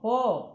போ